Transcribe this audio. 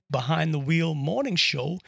behindthewheelmorningshow